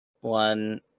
one